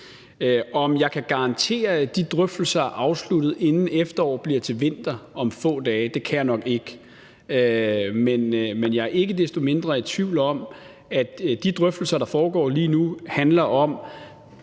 Om jeg kan garantere, at de drøftelser er afsluttet, inden efterår bliver til vinter om få dage? Det kan jeg nok ikke. Men jeg er ikke i tvivl om, at de drøftelser, der foregår lige nu, handler om,